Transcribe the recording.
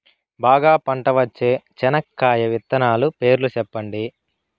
బాగా పంట వచ్చే చెనక్కాయ విత్తనాలు పేర్లు సెప్పండి?